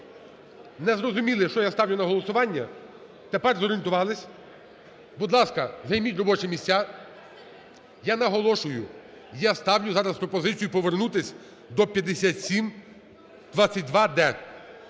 Не зрозуміли, що я ставлю на голосування, тепер зорієнтувалися. Будь ласка, займіть робочі місця. Я наголошую, я ставлю зараз пропозицію, повернутися до 5722-д,